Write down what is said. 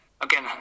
again